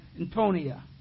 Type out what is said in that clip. Antonia